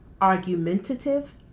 argumentative